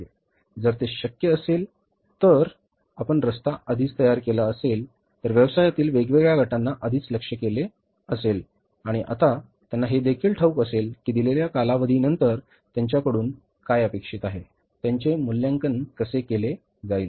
जर ते शक्य असेल तर जर आपण रस्ता आधीच तयार केला असेल तर व्यवसायातील वेगवेगळ्या गटांना आधीच लक्ष्य केले असेल आणि आता त्यांना हे देखील ठाऊक असेल की दिलेल्या कालावधीनंतर त्यांच्याकडून काय अपेक्षित आहे त्याचे मूल्यांकन कसे केले जाईल